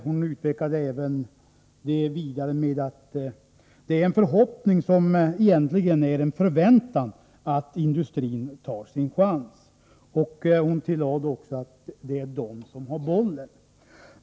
Hon utvecklade det vidare och menade att det egentligen är en förhoppning, en förväntan, att industrin tar chansen. Hon tillade att det är industrin som har bollen.